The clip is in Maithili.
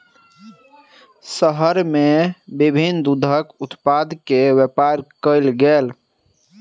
शहर में विभिन्न दूधक उत्पाद के व्यापार कयल गेल